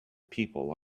people